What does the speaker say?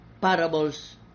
parables